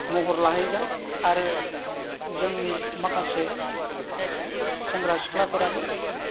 महर लाहैगोन आरो जोंनि माखासे सेंग्रा सिख्लाफोराबो